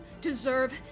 deserve